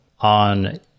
on